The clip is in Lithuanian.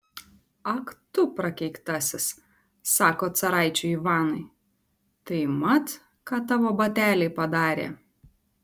ak tu prakeiktasis sako caraičiui ivanui tai mat ką tavo bateliai padarė